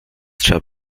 trzeba